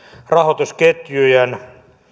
rahoitusketjujen